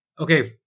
Okay